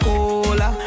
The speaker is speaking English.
Cola